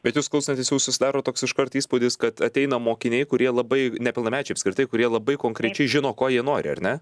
bet jus klausantis jau susidaro toks iškart įspūdis kad ateina mokiniai kurie labai nepilnamečiai apskritai kurie labai konkrečiai žino ko jie nori ar ne